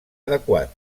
adequat